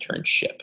internship